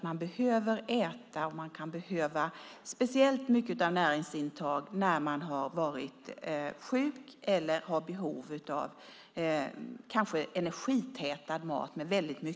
Man behöver äta, och man behöver speciellt mycket näringsintag när man har varit sjuk eller har behov av energitätad mat.